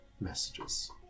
messages